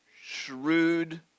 shrewd